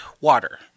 water